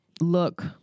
look